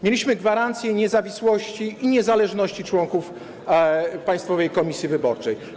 Mieliśmy gwarancję niezawisłości i niezależności członków Państwowej Komisji Wyborczej.